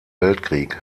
weltkrieg